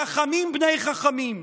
הם חכמים בני חכמים.